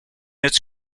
its